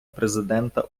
президента